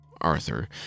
Arthur